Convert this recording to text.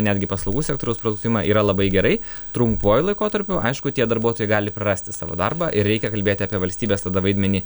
netgi paslaugų sektoriaus produktyvumą yra labai gerai trumpuoju laikotarpiu aišku tie darbuotojai gali prarasti savo darbą ir reikia kalbėti apie valstybės tada vaidmenį